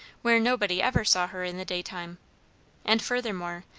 where nobody ever saw her in the day-time and furthermore,